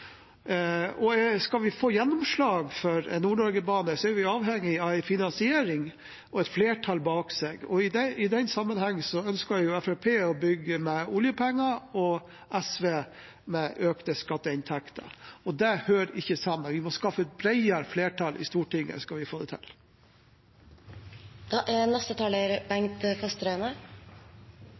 Skal vi få gjennomslag for en Nord-Norgebane, er vi avhengig av en finansiering og et flertall bak det. I den sammenheng ønsker Fremskrittspartiet å bygge med oljepenger og SV med økte skatteinntekter, og det hører ikke sammen. Vi må skaffe et bredere flertall i Stortinget, skal vi få det til. Det er